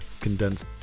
condensed